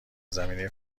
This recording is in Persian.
زمینه